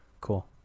Cool